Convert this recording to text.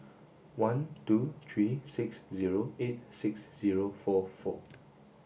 one two three six zero eight six zero four four